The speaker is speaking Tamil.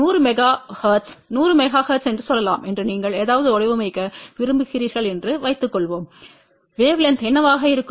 100 மெகா ஹெர்ட்ஸ் 100 MHz என்று சொல்லலாம் என்று நீங்கள் ஏதாவது வடிவமைக்க விரும்புகிறீர்கள் என்று வைத்துக்கொள்வோம் வேவ்லென்த் என்னவாக இருக்கும்